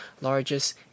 largest